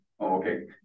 Okay